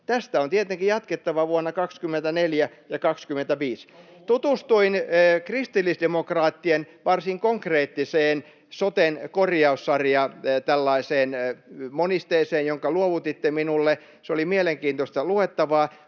Tästä on tietenkin jatkettava vuosina 24 ja 25. Tutustuin kristillisdemokraattien varsin konkreettiseen ”soten korjaussarjaan”, tällaiseen monisteeseen, jonka luovutitte minulle. Se oli mielenkiintoista luettavaa.